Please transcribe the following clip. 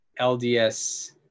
LDS